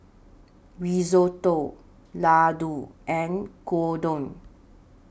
Risotto Ladoo and Gyudon